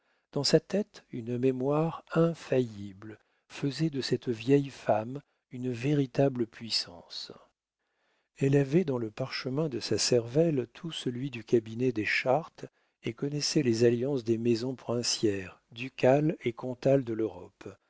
dans sa tête une mémoire infaillible faisaient de cette vieille femme une véritable puissance elle avait dans le parchemin de sa cervelle tout celui du cabinet des chartes et connaissait les alliances des maisons princières ducales et comtales de l'europe